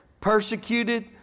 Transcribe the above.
Persecuted